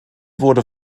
wurde